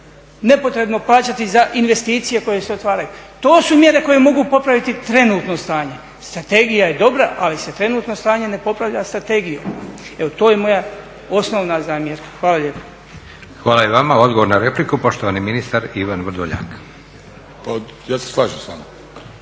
nepotrebno plaćati za investicije koje se otvaraju? To su mjere koje mogu popraviti trenutno stanje. Strategija je dobra ali se trenutno stanje ne popravlja strategijom. Evo, to je moja osnovna zamjerka. Hvala lijepa. **Leko, Josip (SDP)** Hvala i vama. Odgovor na repliku, poštovani ministar Ivan Vrdoljak. **Vrdoljak, Ivan